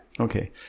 Okay